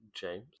James